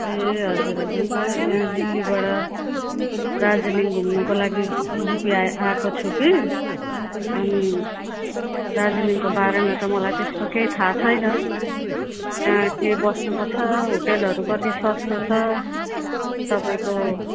ए हजुर हजुर म यहाँ दिल्लीबाट दार्जिलिङ घुम्नुको लागि एनजेपी आएको छु कि अनि दार्जिलिङको बारेमा त मलाई त्यस्तो केही थाहा छैन कहाँ के बस्नुपर्छ होटेलहरू कति सस्तो छ तपाईँको